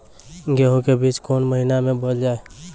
गेहूँ के बीच कोन महीन मे बोएल जाए?